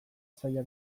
zaila